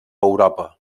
europa